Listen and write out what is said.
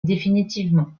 définitivement